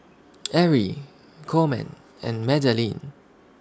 Erie Coleman and Madalynn